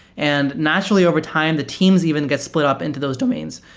and naturally over time, the teams even get split up into those domains.